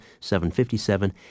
757